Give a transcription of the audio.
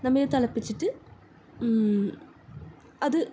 നമ്മൾ ഇത് തിളപ്പിച്ചിട്ട് അത്